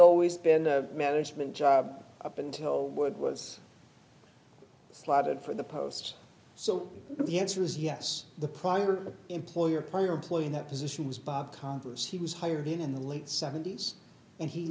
always been a management job up until woodward's slotted for the post so the answer is yes the prior employer player employee in that position was bob congress he was hired in the late seventy's and he